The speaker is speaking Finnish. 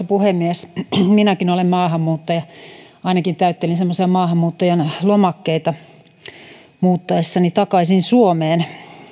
puhemies minäkin olen maahanmuuttaja ainakin täyttelin semmoisia maahanmuuttajan lomakkeita muuttaessani takaisin suomeen